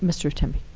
mr. temby.